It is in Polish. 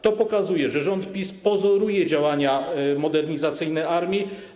To pokazuje, że rząd PiS pozoruje działania modernizacyjne armii.